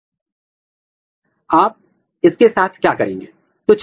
तो आप जानते हैं कि हमारी एंटीसेंस आरएनए जांच डीआईजी के साथ टैग की गई है